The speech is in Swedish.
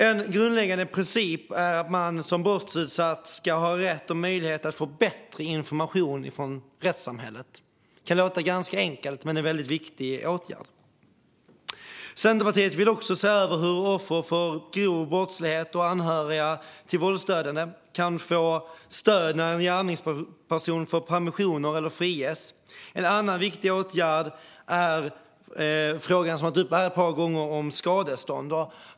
En grundläggande princip är att man som brottsutsatt ska ha rätt och möjlighet att få bättre information från rättssamhället. Det kan låta ganska enkelt, men det är en väldigt viktig åtgärd. Centerpartiet vill också se över hur offer för grov brottslighet, och anhöriga till våldsdödade, kan få stöd när en gärningsperson får permissioner eller friges. En annan viktig åtgärd gäller den fråga som har varit uppe här ett par gånger om skadestånd.